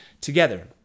together